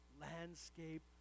landscape